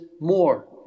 more